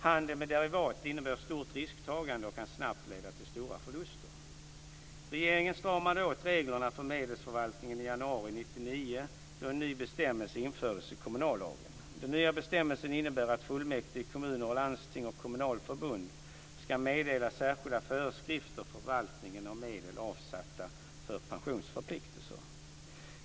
Handel med derivat innebär stort risktagande och kan snabbt leda till stora förluster. Regeringen stramade åt reglerna för medelsförvaltningen i januari 1999 då en ny bestämmelse infördes i kommunallagen. Den nya bestämmelsen innebär att fullmäktige i kommuner, landsting och kommunalförbund ska meddela särskilda föreskrifter för förvaltningen av medel avsatta för pensionsförpliktelser.